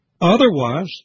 Otherwise